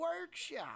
workshop